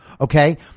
okay